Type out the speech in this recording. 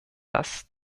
das